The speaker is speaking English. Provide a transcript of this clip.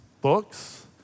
books